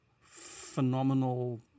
phenomenal